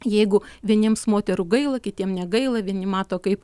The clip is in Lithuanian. jeigu vieniems moterų gaila kitiem negaila vieni mato kaip